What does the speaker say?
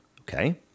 Okay